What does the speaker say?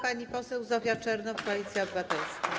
Pani poseł Zofia Czernow, Koalicja Obywatelska.